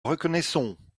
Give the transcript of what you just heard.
reconnaissons